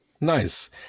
Nice